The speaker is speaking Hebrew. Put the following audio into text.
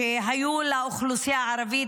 שהיו לאוכלוסייה הערבית,